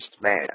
man